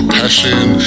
passion